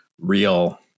real